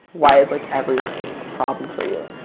why is, like, everything a problem for you?